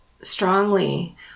strongly